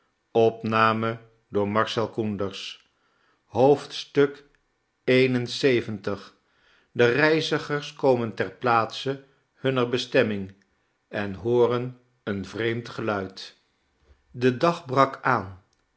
de reizigers komen ter plaa tse hunner bestemming en hooren een vreemd geluid de dag brak aan